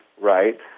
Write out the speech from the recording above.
right